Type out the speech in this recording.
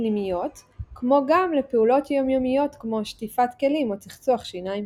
הפנימיות כמו גם לפעולות יומיומיות כמו שטיפת כלים או צחצוח שיניים.